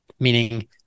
Meaning